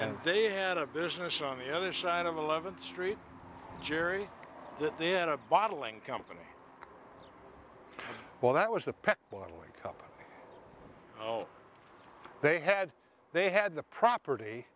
and they had a business on the other side of eleventh street jerry bottling company well that was the pet bottling up oh they had they had the property